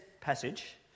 passage